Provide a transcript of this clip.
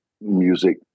music